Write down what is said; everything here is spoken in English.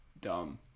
dumb